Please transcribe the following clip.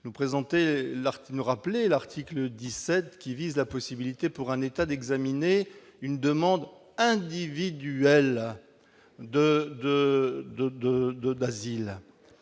les termes de l'article 17, qui vise la possibilité, pour un État, d'examiner une demande individuelle d'asile.